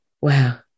Wow